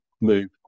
move